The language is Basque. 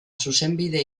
zuzenbide